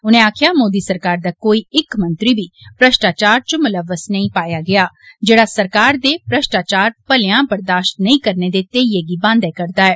उनें आक्खेआ मोदी सरकार दा कोई इक मंत्री बी भ्रष्टाचार च मुलव्वस नेईं पाया गेआ जेड़ा सरकार दे भ्रष्टाचार भ्लेयां बरदाश्त नेईं करने दे धैइयै गी बांदै करदा ऐ